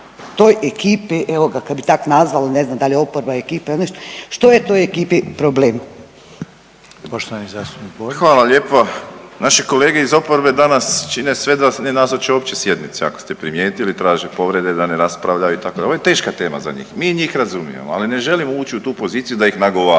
**Reiner, Željko (HDZ)** Poštovani zastupnik Borić. **Borić, Josip (HDZ)** Hvala lijepo. Naši kolege iz oporbe danas čine sve da ne nazoče uopće sjednici ako ste primijetili, traže povrede da ne raspravljaju itd. Ovo je teška tema za njih, mi njih razumijemo, ali ne želimo ući u tu poziciju da ih nagovaramo